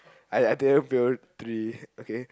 I I will three okay